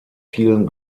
vielen